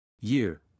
year